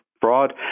fraud